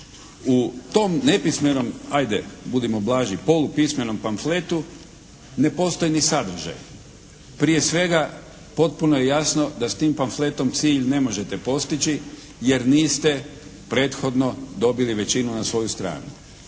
U tom nepismenom, ajde budimo blaži, polupismenom pamfletu ne postoji ni sadržaj. Prije svega potpuno je jasno da s tim pamfletom cilj ne možete postići jer niste prethodno dobili većinu na svoju stranu.